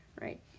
right